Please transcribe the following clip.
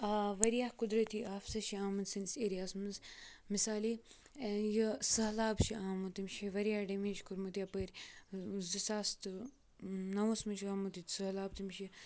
واریاہ قۄدرٔتی آفژٕ چھِ آمٕژ سٲنِس ایرِیا ہَس منٛز مثالے یہِ سٔہلاب چھِ آمُت تٔمۍ چھِ واریاہ ڈیٚمیج کوٚرمُت یَپٲرۍ زٕ ساس تہٕ نَوَس منٛز چھِ آمُت ییٚتہِ سٔہلاب تٔمۍ چھِ